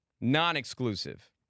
Non-exclusive